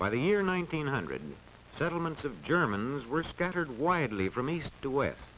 by the year nineteen hundred settlements of germans were scattered widely from east to west